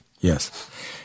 Yes